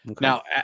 Now